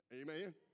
Amen